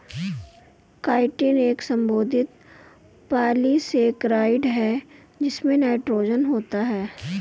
chitin एक संशोधित polysaccharide है जिसमें नाइट्रोजन होता है